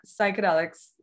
psychedelics